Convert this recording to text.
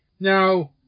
Now